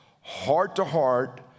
heart-to-heart